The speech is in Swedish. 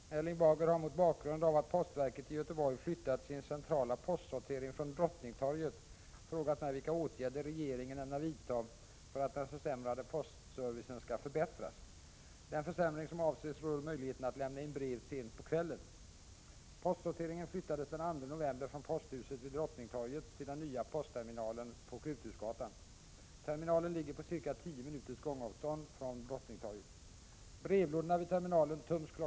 Herr talman! Erling Bager har mot bakgrund av att postverket i Göteborg flyttat sin centrala postsortering från Drottningtorget frågat mig vilka åtgärder regeringen ämnar vidta för att den försämrade postservicen skall förbättras. Den försämring som avses rör möjligheten att lämna in brev sent på kvällen. Postsorteringen flyttades den 2 november från posthuset vid Drottningtorget till den nya postterminalen på Kruthusgatan. Terminalen ligger på ca 10 minuters gångavstånd från Drottningtorget. Brevlådorna vid terminalen töms kl.